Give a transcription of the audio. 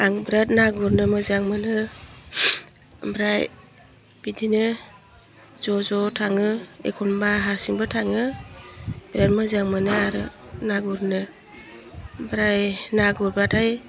आं बिराद ना गुरनो मोजां मोनो ओमफ्राय बिदिनो ज' ज' थाङो एखनबा हारसिंबो थाङो बिराद मोजां मोनो आरो ना गुरनो ओमफ्राय ना गुरबाथाय